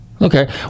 Okay